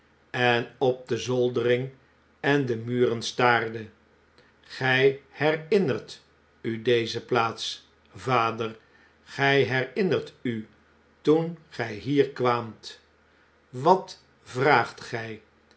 en op de zoldering en de mnren staarde s gg herinnert u deze plaats vader gij herinnert u toen gg hier kwaamt wat vraagt gg